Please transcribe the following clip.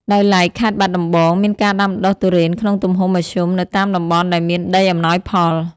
ដោយឡែកខេត្តបាត់ដំបង មានការដាំដុះទុរេនក្នុងទំហំមធ្យមនៅតាមតំបន់ដែលមានដីអំណោយផល។